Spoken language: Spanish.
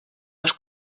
los